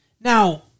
Now